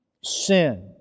sin